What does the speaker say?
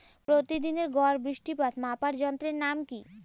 প্রতিদিনের গড় বৃষ্টিপাত মাপার যন্ত্রের নাম কি?